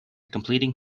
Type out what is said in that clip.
completing